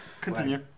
continue